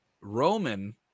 Roman